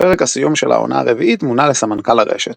בפרק הסיום של העונה הרביעית מונה לסמנכ"ל הרשת.